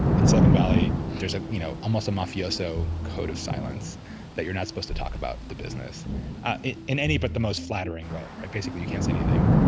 in silicon valley, there's a, you know, almost a mafioso code of silence that you're not supposed to talk about the business in any but the most flattering way, right? basically, you can't say anything,